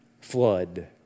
flood